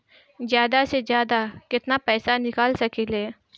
जादा से जादा कितना पैसा निकाल सकईले?